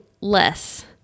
less